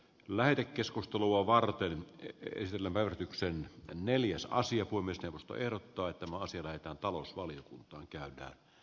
lähetekeskustelua varten esille välähdyksen neljäs aasia sormenjäljistä ja stuerttoitumaan sillä että talousvaliokuntaan käydään